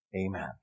Amen